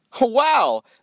Wow